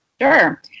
Sure